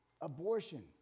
Abortion